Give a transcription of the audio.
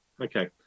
Okay